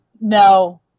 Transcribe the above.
no